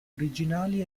originali